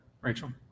Rachel